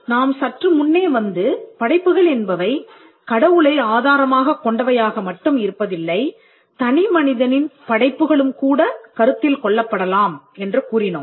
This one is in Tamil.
நாம் சற்று முன்னே வந்து படைப்புகள் என்பவை கடவுளை ஆதாரமாகக் கொண்டவையாக மட்டும் இருப்பதில்லை தனிமனிதனின் படைப்புகளும் கூட கருத்தில் கொள்ளப்படலாம் என்று கூறினோம்